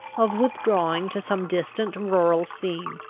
of withdrawing to some distant, rural scene,